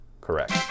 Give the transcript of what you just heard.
Correct